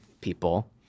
people